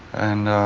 and.